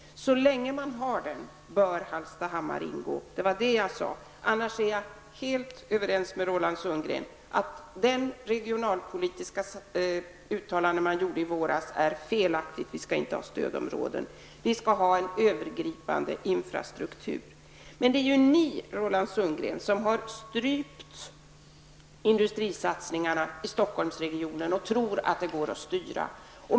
Så länge vi har den bör Hallstahammar ingå i stödområdet. Det sade jag alltså. Annars är jag helt överens med Roland Sundgren om att det regionalpolitiska uttalande som gjordes i våras var felaktigt; vi skall inte ha några stödområden. Vi skall ha en övergripande infrastruktur. Men det är, Roland Sundgren, ni som har strypt industrisatsningarna i Stockholmsregionen och tror att det går att styra.